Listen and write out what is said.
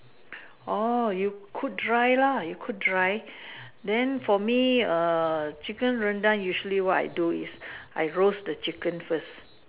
orh you cook dry lah you cook dry then for me err chicken Rendang usually what I do is I roast the chicken first